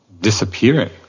disappearing